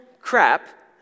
crap